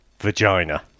vagina